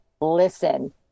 listen